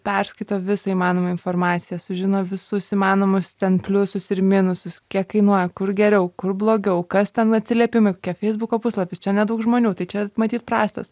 perskaito visą įmanomą informaciją sužino visus įmanomus ten pliusus ir minusus kiek kainuoja kur geriau kur blogiau kas ten atsiliepimai kokie feisbuko puslapis čia nedaug žmonių tai čia matyt prastas